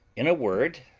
in a word,